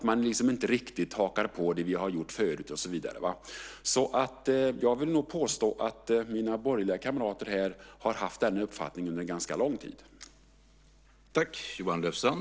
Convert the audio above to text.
Man hakar inte riktigt på det som vi har gjort förut och så vidare. Så jag vill nog påstå att mina borgerliga kamrater här har haft den här uppfattningen under en ganska lång tid.